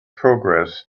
progress